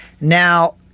Now –